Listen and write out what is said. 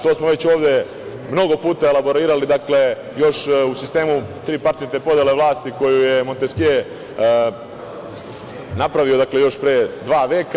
To smo već ovde mnogo puta elaborirali još u sistemu tri paritetne podele vlasti koju je Monteskje napravio još pre dva veka.